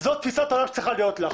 זאת תפיסת העולם שצריכה להיות לך.